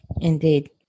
Indeed